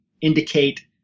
indicate